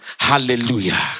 Hallelujah